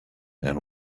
and